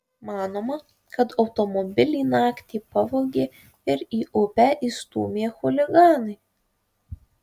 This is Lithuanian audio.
manoma kad automobilį naktį pavogė ir į upę įstūmė chuliganai